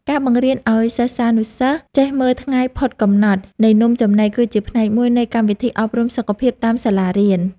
ការបង្រៀនឱ្យសិស្សានុសិស្សចេះមើលថ្ងៃផុតកំណត់នៃនំចំណី គឺជាផ្នែកមួយនៃកម្មវិធីអប់រំសុខភាពតាមសាលារៀន។